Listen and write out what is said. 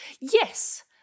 Yes